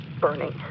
burning